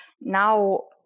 now